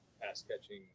pass-catching